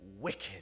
wicked